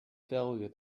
failure